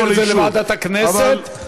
או שיעבור לוועדת הכנסת.